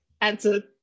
answer